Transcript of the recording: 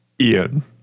Ian